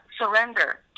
surrender